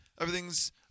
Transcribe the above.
Everything's